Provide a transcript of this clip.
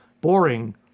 boring